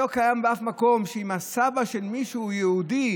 לא קיים באף מקום שאם הסבא של מישהו הוא יהודי,